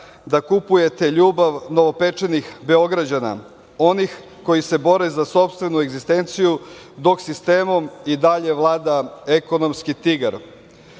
da kupujete ljubav novopečenih Beograđana, onih koji se bore za sopstvenu egzistenciju, dok sistemom i dalje vlada ekonomski tigar.U